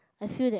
I feel that